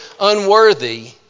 unworthy